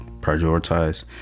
prioritize